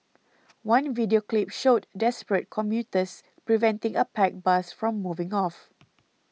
one video clip showed desperate commuters preventing a packed bus from moving off